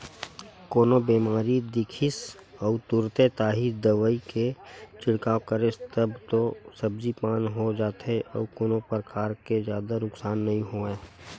कोनो बेमारी दिखिस अउ तुरते ताही दवई के छिड़काव करेस तब तो सब्जी पान हो जाथे अउ कोनो परकार के जादा नुकसान नइ होवय